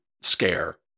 scare